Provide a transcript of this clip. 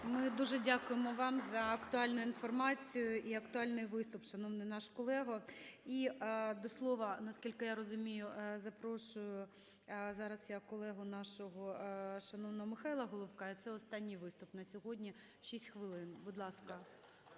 Ми дуже дякуємо вам за актуальну інформацію і актуальний виступ, шановний наш колего. І до слова, наскільки я розумію, запрошую, зараз я колегу нашого шановного Михайла Головка і це останній виступ на сьогодні, 6 хвилин. Будь ласка,